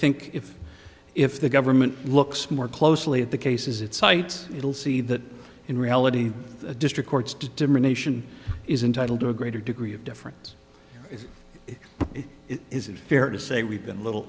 think if if the government looks more closely at the cases it cites it will see that in reality the district courts determination is entitled to a greater degree of difference is it fair to say we've been little